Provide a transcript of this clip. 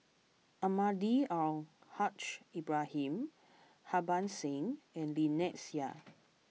Almahdi Al Haj Ibrahim Harbans Singh and Lynnette Seah